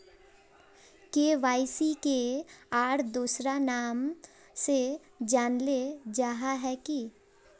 KYC के आर दोसरा नाम से जानले जाहा है की?